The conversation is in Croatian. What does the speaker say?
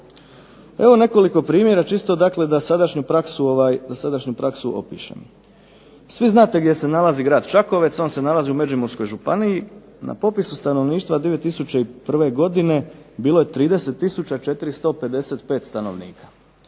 Evo nekoliko primjera čisto, dakle da sadašnju praksu opišem. Svi znate gdje se nalazi grad Čakovec. On se nalazi u Međimurskoj županiji. Na popisu stanovništva 2001. godine bilo 30455 stanovnika.